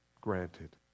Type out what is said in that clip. granted